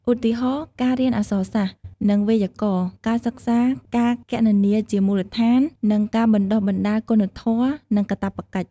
ឧទាហរណ៍ ការរៀនអក្សរសាស្ត្រ និងវេយ្យាករណ៍ ការសិក្សាការគណនាជាមូលដ្ឋាន និងការបណ្ដុះបណ្ដាលគុណធម៌ និងកាតព្វកិច្ច។